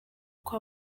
uko